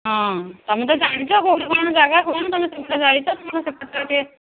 ହଁ ତମେ ତ ଜାଣିଛ କେଉଁଠି କ'ଣ ଜାଗା କ'ଣ ତମେ ସେଗୁଡ଼ା ଯାଇଛ ତମ ସେ ପଟଟା ଟିକେ